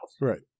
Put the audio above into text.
right